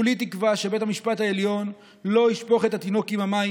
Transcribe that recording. כולי תקווה שבית המשפט העליון לא ישפוך את התינוק עם המים,